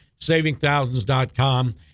savingthousands.com